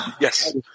Yes